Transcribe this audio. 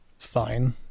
fine